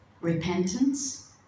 repentance